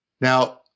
Now